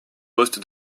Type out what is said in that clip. poste